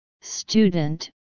student